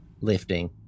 Lifting